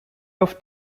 auf